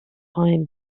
time